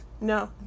no